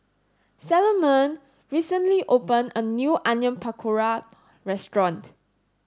Salomon recently open a new Onion Pakora restaurant